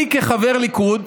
אני כחבר ליכוד,